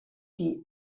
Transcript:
tea